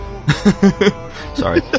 Sorry